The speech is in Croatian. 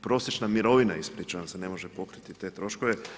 Prosječna mirovine, ispričavam se, ne može pokriti te troškove.